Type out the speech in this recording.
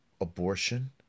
abortion